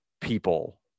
people